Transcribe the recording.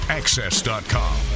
access.com